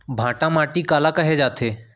भांटा माटी काला कहे जाथे?